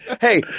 Hey